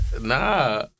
Nah